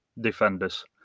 defenders